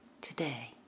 today